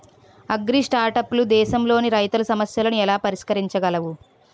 అగ్రిస్టార్టప్లు దేశంలోని రైతుల సమస్యలను ఎలా పరిష్కరించగలవు?